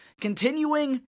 continuing